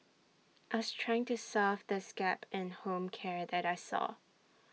I's trying to solve this gap in home care that I saw